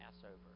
passover